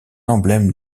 emblème